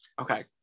Okay